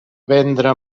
vendre